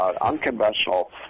unconventional